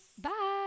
Bye